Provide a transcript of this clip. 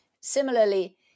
Similarly